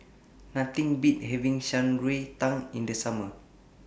Nothing Beats having Shan Rui Tang in The Summer